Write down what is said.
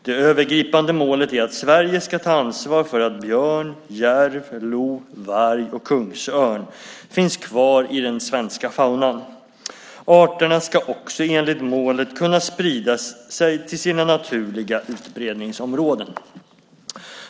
Det övergripande målet är att Sverige ska ta ansvar för att björn, järv, lo, varg och kungsörn finns kvar i den svenska faunan. Arterna ska också enligt målet kunna sprida sig till sina naturliga utbredningsområden.